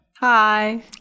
Hi